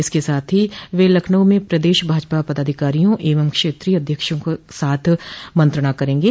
इसके साथ ही वे लखनऊ में प्रदेश भाजपा पदाधिकारियों एवं क्षेत्रीय अध्यक्षों के साथ मंत्रणा करेंगे